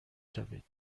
شوید